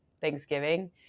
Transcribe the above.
Thanksgiving